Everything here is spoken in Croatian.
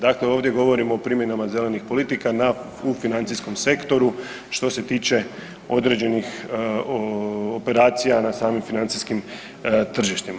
Dakle, ovdje govorimo o primjenama zelenih politika na, u financijskom sektoru što se tiče određenih operacija na samim financijskim tržištima.